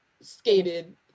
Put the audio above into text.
skated